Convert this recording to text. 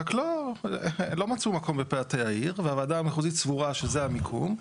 רק לא מצאו מקום בפתאי העיר והוועדה המחוזית סבורה שזה המיקום,